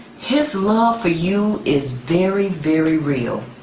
his love for you is very very real